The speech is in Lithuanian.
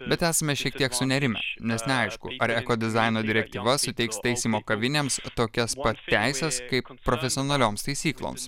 bet esame šiek tiek sunerimę nes neaišku ar eko dizaino direktyva suteiks taisymo kavinėms tokias pat teises kaip profesionalioms taisykloms